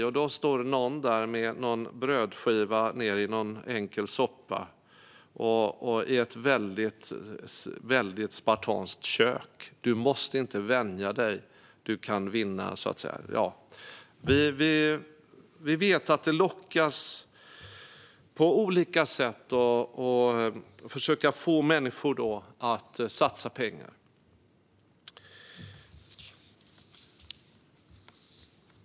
Och så är det en bild på en person som doppar en brödskiva i någon enkel soppa i ett väldigt spartanskt kök. Vi vet att det lockas på olika sätt att försöka få människor att satsa pengar.